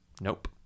Nope